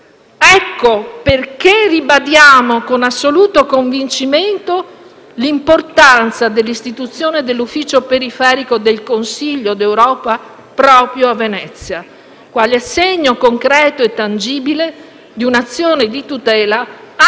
Ecco perché ribadiamo con assoluto convincimento l'importanza dell'istituzione dell'ufficio periferico del Consiglio d'Europa a Venezia quale segno concreto e tangibile di un'azione di tutela anche